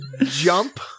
jump